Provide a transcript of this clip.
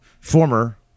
former